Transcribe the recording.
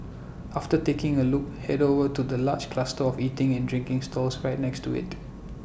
after taking A look Head over to the large cluster of eating and drinking stalls right next to IT